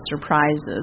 surprises